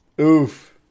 Oof